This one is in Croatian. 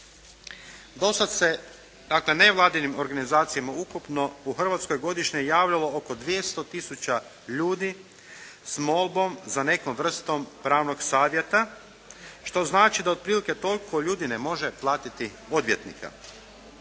se dakle nevladinim organizacijama ukupno u Hrvatskoj godišnje javljalo oko 200 tisuća ljudi s molbom za nekom vrstom pravnog savjeta, što znači da otprilike toliko ljudi ne može platiti odvjetnika.